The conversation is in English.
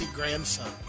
grandson